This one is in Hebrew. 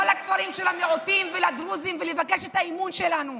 לכפרים של המיעוטים ולדרוזים ולבקש את האמון שלנו,